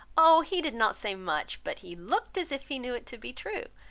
oh he did not say much but he looked as if he knew it to be true,